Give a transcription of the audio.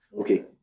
Okay